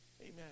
Amen